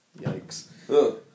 Yikes